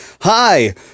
Hi